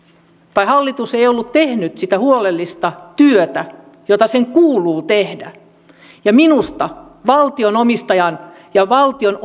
tai hallitus ei ollut tehnyt sitä huolellista työtä jota sen kuuluu tehdä minusta valtio omistajan ja valtion